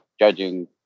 judging